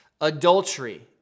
Adultery